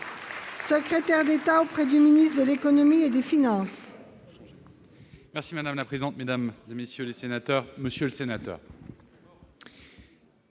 secrétaire d'État auprès du ministre de l'économie et des finances,